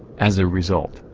as a result,